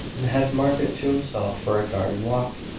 and have margaret to himself for a garden walk.